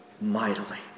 mightily